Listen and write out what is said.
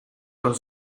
con